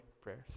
prayers